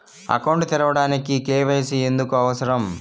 Account తెరవడానికి, KYC ఎందుకు అవసరం?